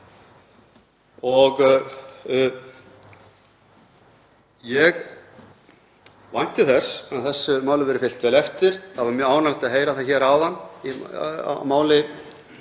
Ég vænti þess að þessu máli verði fylgt vel eftir. Það var mjög ánægjulegt að heyra það hér áðan í máli